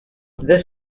this